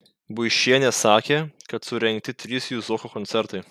buišienė sakė kad surengti trys juzoko koncertai